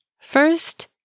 First